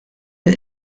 min